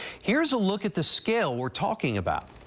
here is a look at the scale, we are talking about.